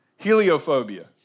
Heliophobia